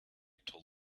told